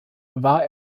war